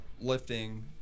lifting